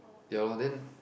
ya lor then